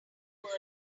world